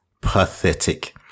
pathetic